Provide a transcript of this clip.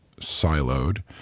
siloed